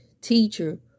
Teacher